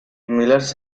millers